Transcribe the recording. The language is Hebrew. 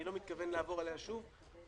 אני לא מתכוון לעבור עליה שוב.